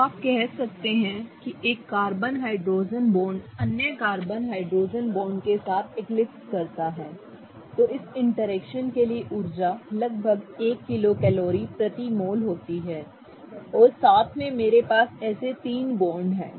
तो आप कह सकते हैं कि एक कार्बन हाइड्रोजन बॉन्ड अन्य कार्बन हाइड्रोजन बॉन्ड के साथ एक्लिप्स करता है तो इस इंटरैक्शन के लिए ऊर्जा लगभग 1 किलो कैलोरी प्रति मोल होती है और साथ में मेरे पास ऐसे तीन बॉन्ड हैं